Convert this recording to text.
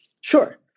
Sure